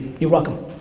you're welcome.